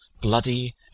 bloody